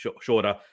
shorter